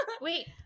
wait